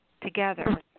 together